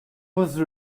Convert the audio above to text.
was